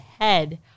head